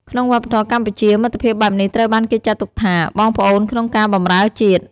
ក្នុងវប្បធម៌កម្ពុជា មិត្តភាពបែបនេះត្រូវបានគេចាត់ទុកថា “បងប្អូនក្នុងការបម្រើជាតិ”។